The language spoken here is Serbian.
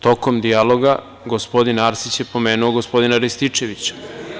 Tokom dijaloga, gospodin Arsić je pomenuo gospodina Rističevića.